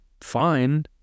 Fine